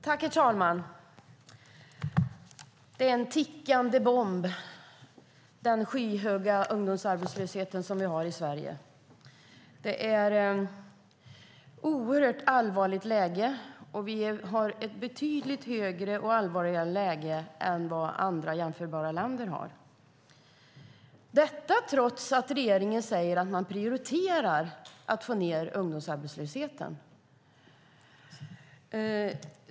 Herr talman! En tickande bomb är den skyhöga ungdomsarbetslöshet som vi har i Sverige. Det är ett oerhört allvarligt läge. Vi har ett betydligt högre och allvarligare läge än vad andra jämförbara länder har, detta trots att regeringen säger att man prioriterar att få ned ungdomsarbetslösheten.